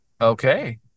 okay